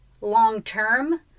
long-term